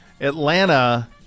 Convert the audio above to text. Atlanta